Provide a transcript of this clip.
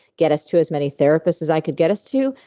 get us to as many therapists as i could get us to,